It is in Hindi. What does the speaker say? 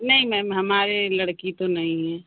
नहीं मैम हमारे लड़की तो नहीं है